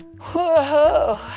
Whoa